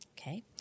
Okay